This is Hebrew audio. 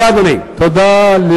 אדוני, תודה.